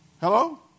Hello